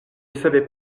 savait